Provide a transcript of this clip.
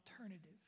alternative